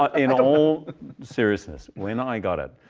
in all seriousness, when i got it,